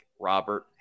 Robert